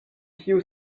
tiu